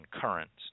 currents